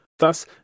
Thus